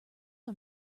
are